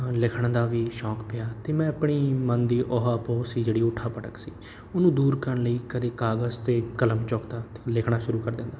ਲਿਖਣ ਦਾ ਵੀ ਸ਼ੌਂਕ ਪਿਆ ਅਤੇ ਮੈਂ ਆਪਣੀ ਮਨ ਦੀ ਓਹਾ ਪੋ ਸੀ ਜਿਹੜੀ ਉਠਾਅ ਭੜਕ ਸੀ ਉਹਨੂੰ ਦੂਰ ਕਰਨ ਲਈ ਕਦੇ ਕਾਗਜ਼ ਅਤੇ ਕਲਮ ਚੁੱਕਦਾ ਅਤੇ ਲਿਖਣਾ ਸ਼ੁਰੂ ਕਰ ਦਿੰਦਾ